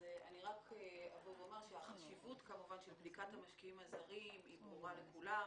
אני אומר שהחשיבות של בדיקת המשקיעים הזרים ברורה לכולם.